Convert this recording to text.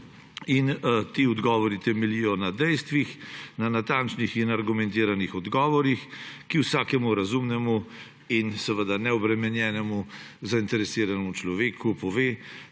Ti odgovori temeljijo na dejstvih, na natančnih in argumentiranih odgovorih, ki vsakemu razumnemu in neobremenjenemu zainteresiranemu človeku povedo,